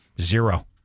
Zero